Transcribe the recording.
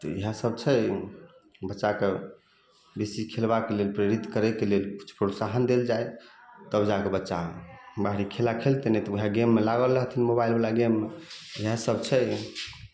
तऽ इएह सब छै बच्चाके बेसी खेलबाके लेल प्रेरित करयके लेल किछु प्रोत्साहन देल जाय तब जाके बच्चा बाहरी खेला खेलतै नै तऽ वएह गेम मे लागल रहथिन मोबाइल बला गेम मे वएह सब छै